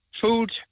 Food